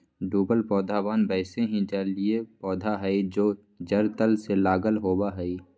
डूबल पौधवन वैसे ही जलिय पौधा हई जो जड़ तल से लगल होवा हई